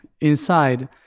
inside